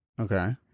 Okay